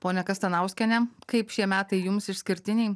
ponia kasanauskiene kaip šie metai jums išskirtiniai